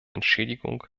entschädigung